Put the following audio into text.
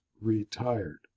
retired